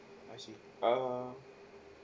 I see err